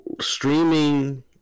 streaming